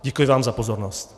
Děkuji vám za pozornost.